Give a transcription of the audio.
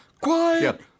Quiet